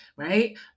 right